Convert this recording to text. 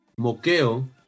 moqueo